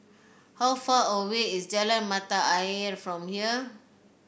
how far away is Jalan Mata Ayer from here